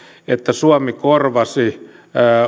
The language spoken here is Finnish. että suomi korvasi